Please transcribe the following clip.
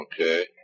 Okay